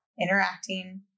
interacting